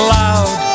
loud